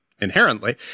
inherently